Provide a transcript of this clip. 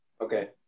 Okay